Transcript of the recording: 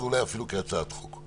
אולי אפילו הצעת חוק.